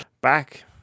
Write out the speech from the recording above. Back